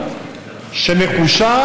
אף שניתן להעבירו,